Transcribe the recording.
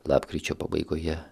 lapkričio pabaigoje